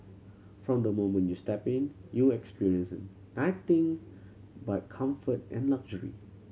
from the moment you step in you will experience nothing but comfort and luxury